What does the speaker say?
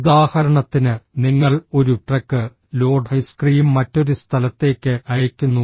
ഉദാഹരണത്തിന് നിങ്ങൾ ഒരു ട്രക്ക് ലോഡ് ഐസ്ക്രീം മറ്റൊരു സ്ഥലത്തേക്ക് അയയ്ക്കുന്നു